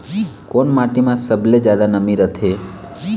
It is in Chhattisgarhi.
कोन माटी म सबले जादा नमी रथे?